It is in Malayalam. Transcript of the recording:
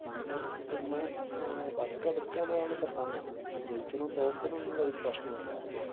പങ്കെടുക്കുന്നു പങ്കെടുക്കുക എന്നതാണ് പ്രധാനം ജയിക്കുന്നോ തോൽക്കുന്നോ എന്നതൊരു പ്രശ്നമല്ല ഇപ്പോൾ